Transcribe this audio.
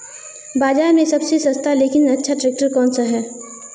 बाज़ार में सबसे सस्ता लेकिन अच्छा ट्रैक्टर कौनसा है?